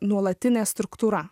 nuolatinė struktūra